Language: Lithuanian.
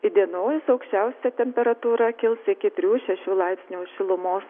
įdienojus aukščiausia temperatūra kils iki trijų šešių laipsnių šilumos